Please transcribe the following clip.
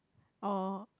or